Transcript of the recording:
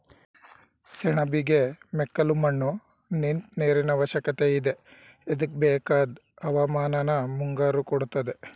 ಸೆಣಬಿಗೆ ಮೆಕ್ಕಲುಮಣ್ಣು ನಿಂತ್ ನೀರಿನಅವಶ್ಯಕತೆಯಿದೆ ಇದ್ಕೆಬೇಕಾದ್ ಹವಾಮಾನನ ಮುಂಗಾರು ಕೊಡ್ತದೆ